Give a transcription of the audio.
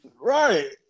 Right